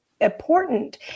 important